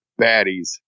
baddies